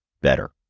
better